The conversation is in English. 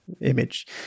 image